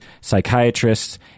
psychiatrists